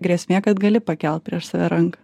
grėsmė kad gali pakelt prieš save ranką